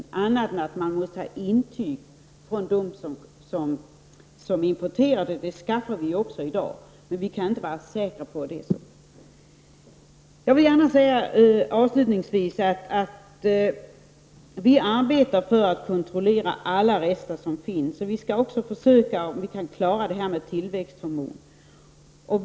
Den enda möjligheten är att man får ett intyg från dem som importerar varorna. Det skaffar vi också i dag. Men vi kan inte vara säkra på detta. Avslutningsvis vill jag gärna säga att vi arbetar för att kunna kontrollera alla rester som finns i livsmedel. Och vi skall försöka klara även tillväxthormonerna.